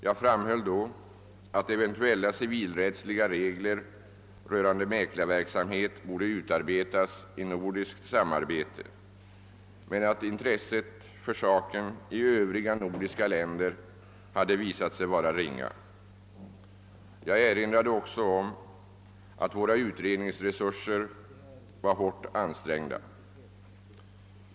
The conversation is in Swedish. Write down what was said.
Jag framhöll då att eventuella civilrättsliga regler rörande mäklarverksamhet borde utarbetas i nordiskt samarbete men att intresset för saken i övriga nordiska länder hade visat sig vara ringa. Jag erinrade också om att våra utredningsresurser var hårt ansträngda.